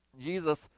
Jesus